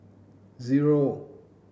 zero